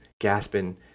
gasping